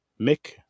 Mick